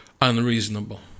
unreasonable